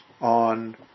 on